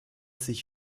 sich